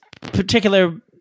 particular